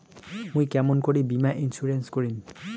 মুই কেমন করি বীমা ইন্সুরেন্স করিম?